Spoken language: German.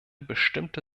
bestimmte